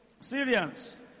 Syrians